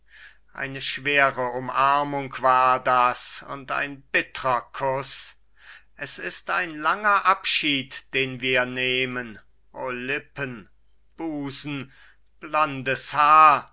eine schwere umarmung war das und ein bittrer kuß es ist ein langer abschied den wir nehmen o lippen busen blondes haar